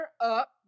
up